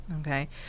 Okay